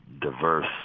diverse